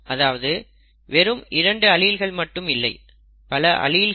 அதாவது வெரும் 2 அலீல்கள் மட்டும் இல்லை பல அலீல்கள்